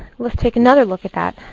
let's take another look at that.